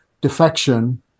defection